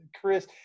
chris